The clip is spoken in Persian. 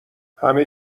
همه